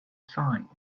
sign